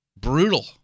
Brutal